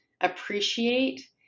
appreciate